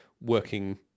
working